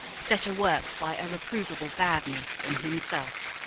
set a-work by a reproveable badness in himself.